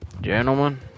Gentlemen